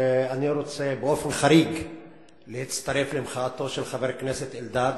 אני רוצה באופן חריג להצטרף למחאתו של חבר הכנסת אלדד.